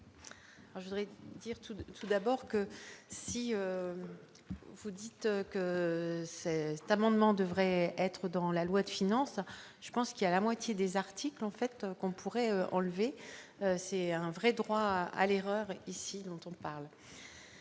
Je voudrais dire tout de soude bord que si vous dites que c'est cette amendement devrait être dans la loi de finances, je pense qu'il y a la moitié des articles en fait qu'on pourrait enlever, c'est un vrai droit à l'erreur ici, dont on parle.